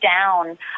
down